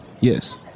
Yes